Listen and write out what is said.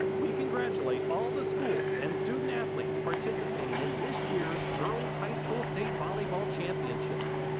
we congratulate all the schools and student athletes participating in this year's girls high school state volleyball championships.